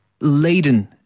laden